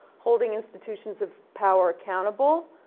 holding institutions of power accountable,